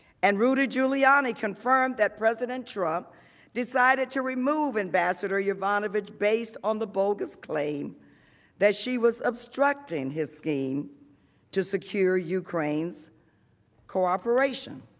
and rudy giuliani confirmed that president trump decided to remove ambassador yovanovitch based on the bogus claim that she was obstructing his scheme to secure ukraine's cooperation.